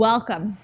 Welcome